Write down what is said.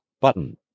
Button